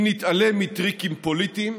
אם נתעלם מטריקים פוליטיים,